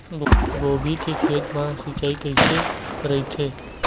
गोभी के खेत मा सिंचाई कइसे रहिथे?